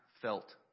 felt